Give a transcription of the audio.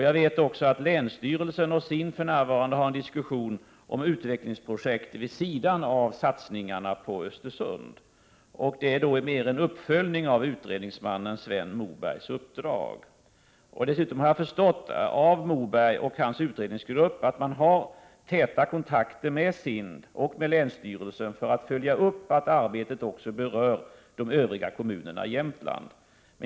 Jag vet också att länsstyrelsen och SIND för närvarande har en diskussion om utvecklingsprojekt vid sidan av satsningarna på Östersund. Det är mera en uppföljning av utredningsmannen Sven Mobergs uppdrag. Dessutom har jag förstått att Moberg och hans utredningsgrupp har täta kontakter med SIND och med länsstyrelsen för att följa upp att arbetet också berör de övriga kommunerna i Jämtland.